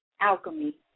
alchemy